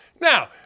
Now